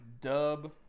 dub